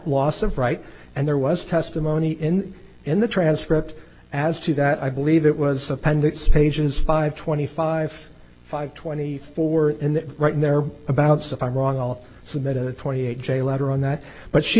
loss of right and there was testimony in in the transcript as to that i believe it was appendix pages five twenty five five twenty four in the right and there abouts if i'm wrong i'll submit a twenty eight j letter on that but she